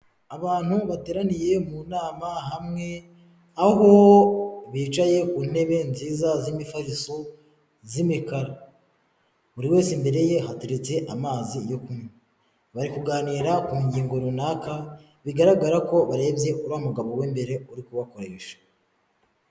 Abantu bateraniye mu nama hamwe, aho bicaye ku ntebe nziza z'imifariso z'imikara, buri wese imbere ye hateretse amazi yo kunywa, bari kuganira ku ngingo runaka bigaragara ko barebye uriya mugabo w'imbere uri kubakoresha.